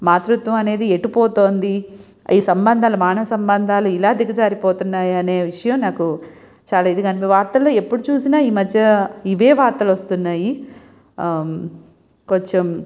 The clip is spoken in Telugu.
మాతృత్వం అనేది ఎటు పోతోంది ఈ సంబంధాలు మానవ సంబంధాలు ఇలా దిగజారి పోతున్నాయనే విషయం నాకు చాలా ఇదిగా వార్తల్లో ఎప్పుడు చూసిన ఈ మధ్య ఇవే వార్తలు వస్తున్నాయి కొంచం